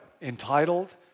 entitled